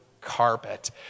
carpet